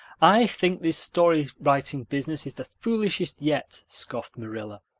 i think this story-writing business is the foolishest yet, scoffed marilla.